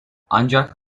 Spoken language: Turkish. ancak